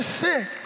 sick